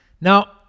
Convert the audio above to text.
Now